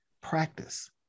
practice